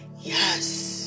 Yes